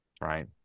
right